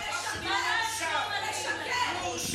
דבר שהוא הורשע, הוא הורשע.